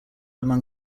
among